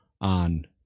on